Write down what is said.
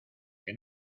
que